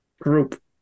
group